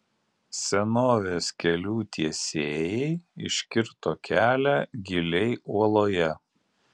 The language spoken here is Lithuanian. senovės kelių tiesėjai iškirto kelią giliai uoloje